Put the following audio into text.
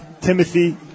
Timothy